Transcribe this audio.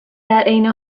عین